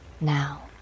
Now